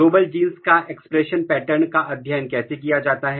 global genes expression pattern का अध्ययन कैसे किया जाता है